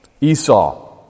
Esau